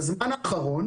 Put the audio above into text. בזמן האחרון,